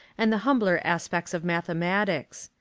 and the humbler aspects of mathe matics.